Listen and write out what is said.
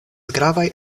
gravaj